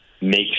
make